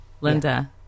Linda